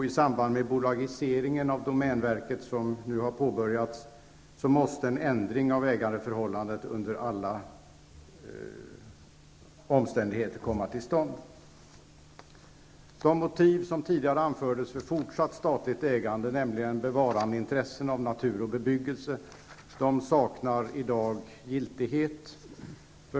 I samband med den bolagisering av domänverket som nu har påbörjats måste en ändring av ägarförhållandet under alla omständigheter komma till stånd. De motiv som tidigare anfördes för fortsatt statligt ägande, nämligen intresset av bevarande av natur och bebyggelse, saknar i dag giltighet.